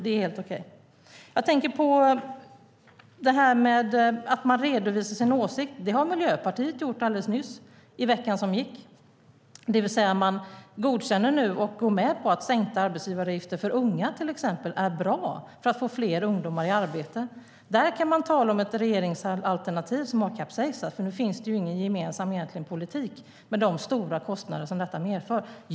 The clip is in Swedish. Det är helt okej. Jag tänker på det här med att man redovisar sin åsikt. Det har Miljöpartiet gjort alldeles nyss, i veckan som gick. Man går nu med på att sänkta arbetsgivaravgifter för unga är bra för att få fler ungdomar i arbete. Där kan man tala om ett regeringsalternativ som har kapsejsat, för nu finns det egentligen ingen gemensam politik, i och med de stora kostnader som detta medför.